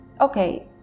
Okay